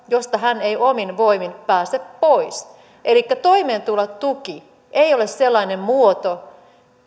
josta hän ei omin voimin pääse pois elikkä toimeentulotuki ei ole sellainen muoto